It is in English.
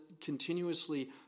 continuously